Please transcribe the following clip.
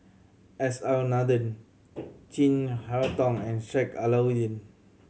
S R Nathan Chin Harn Tong and Sheik Alau'ddin